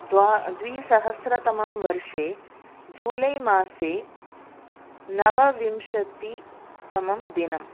द्वि द्विहस्रतमं वर्षे जूलै मासे नवविंशतितमं दिनम्